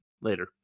later